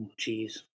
Jeez